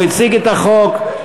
הוא הציג את החוק,